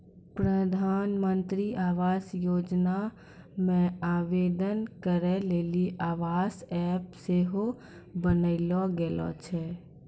प्रधानमन्त्री आवास योजना मे आवेदन करै लेली आवास ऐप सेहो बनैलो गेलो छै